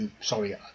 sorry